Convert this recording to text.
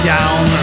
Down